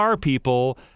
people